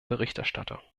berichterstatter